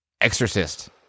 exorcist